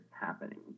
happening